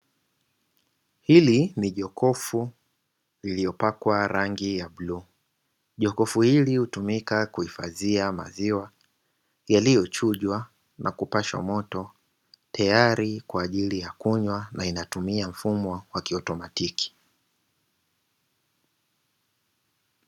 Hili ni jokofu lililopaklwa rangi ya bluu. Jokofu hili hutumika kuhifadhia maziwa yaliyochujwa na kupashwa moto tayari kwa ajili ya kunywa; na inatumia mfumo wa kiautomatiki.